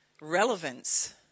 relevance